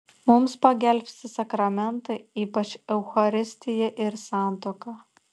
mums pagelbsti sakramentai ypač eucharistija ir santuoka